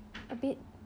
a bit